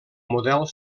model